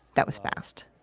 that was fast.